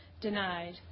denied